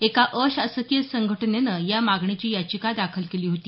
एका अशासकीय संघटनेनं या मागणीची याचिका दाखल केली होती